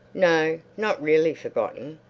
no, not really forgotten.